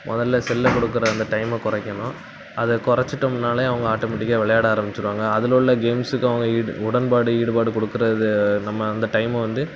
முதல்ல செல்லை கொடுக்குற அந்த டைமில் குறைக்கணும் அத கொறச்சிட்டோம்னாலே அவங்க ஆட்டோமேட்டிக்காக விளையாட ஆரம்பிச்சிருவாங்க அதில் உள்ள கேம்ஸுக்கும் அவங்க ஈடு உடன்பாடு ஈடுபாடு கொடுக்குறது நம்ம அந்த டைமை வந்து